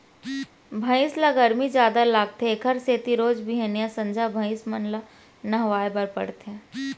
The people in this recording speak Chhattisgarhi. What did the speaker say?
भइंस ल गरमी जादा लागथे एकरे सेती रोज बिहनियॉं, संझा भइंस मन ल नहवाए बर परथे